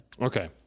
Okay